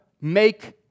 make